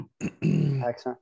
Excellent